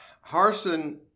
Harson